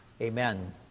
Amen